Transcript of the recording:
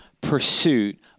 pursuit